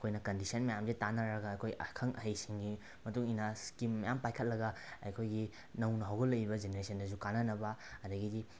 ꯑꯩꯈꯣꯏꯅ ꯀꯟꯗꯤꯁꯟ ꯃꯌꯥꯝꯁꯦ ꯇꯥꯟꯅꯔꯒ ꯑꯩꯈꯣꯏ ꯑꯈꯪ ꯑꯍꯩꯁꯤꯡꯒꯤ ꯃꯇꯨꯡ ꯏꯟꯅ ꯏꯁꯀꯤꯝ ꯃꯌꯥꯝ ꯄꯥꯏꯈꯠꯂꯒ ꯑꯩꯈꯣꯏꯒꯤ ꯅꯧꯅ ꯍꯧꯒꯠꯂꯛꯏꯕ ꯖꯦꯅꯔꯦꯁꯟꯗꯁꯨ ꯀꯥꯟꯅꯅꯕ ꯑꯗꯒꯤꯗꯤ